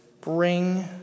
bring